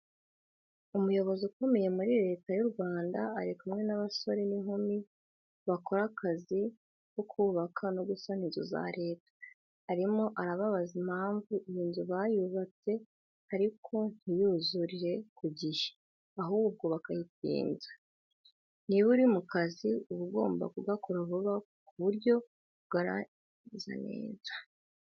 Umuyobozi ukomeye muri Leta y'u Rwanda ari kumwe n'abasore n'inkumi bakora akazi ko kubaka no gusana inzu za Leta, arimo arababaza impamvu iyi nzu bayubatse ariko ntuyuzurire ku gihe ahubwo bakayitinza. Niba uri mu kazi uba ugomba kugakora vuba ku buryo ukarangiza neza.